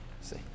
See